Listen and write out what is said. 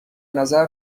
نظر